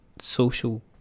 social